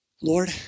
Lord